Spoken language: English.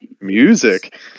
Music